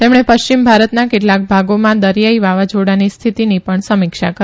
તેમણે પશ્ચિમ ભારતના કેટલાક ભાગોમાં દરીયાઇ વાવાઝોડાની સ્થિતિની પણ સમીક્ષા કરી